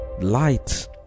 Light